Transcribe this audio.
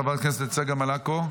חבר הכנסת צגה מלקו,